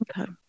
Okay